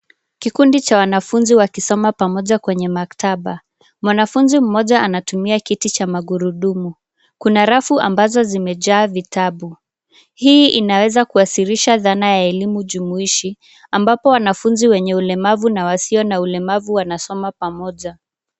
Kikundi cha wanafunzi wakisoma pamoja kwenye maktaba. Mwanafunzi moja anatumia kiti cha magurudumu. Kuna rafu ambazo zimejaa vitabu. Hii inaweza kuwasilisha dhana ya elimu jumuishi ambapo wanafunzi wenye ulemavu na wasiyo na ulemavu wanasoma pamoja.